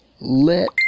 let